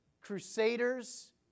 crusaders